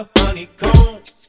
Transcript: honeycomb